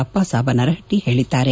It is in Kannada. ಅಪ್ಪಾಸಾಬ ನರಹಟ್ಟ ಹೇಳಿದ್ದಾರೆ